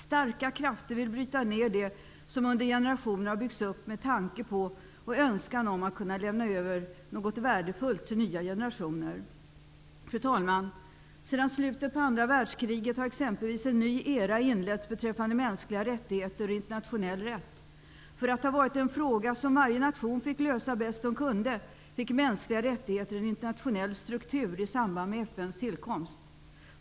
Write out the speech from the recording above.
Starka krafter vill bryta ned det som under generationer byggts upp med tanken och önskan att kunna lämna över något värdefullt till nya generationer. Fru talman! Sedan slutet på andra världskriget har exempelvis en ny era inletts beträffande mänskliga rättigheter och internationell rätt. Från att ha varit ett problem som varje nation fick lösa bäst de kunde, fick mänskliga rättigheter en internationell struktur i samband med FN:s tillkomst.